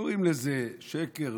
קוראים לזה שקר,